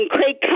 Craig